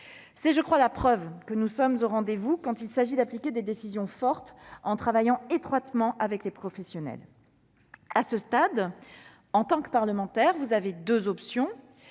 C'est, je crois, la preuve que nous sommes au rendez-vous quand il s'agit d'appliquer des décisions fortes, en travaillant étroitement avec les professionnels. À ce stade, en tant que parlementaires, vous avez deux options.